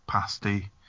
pasty